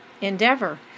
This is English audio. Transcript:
endeavor